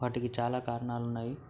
వాటికి చాలా కారణాలు ఉన్నాయి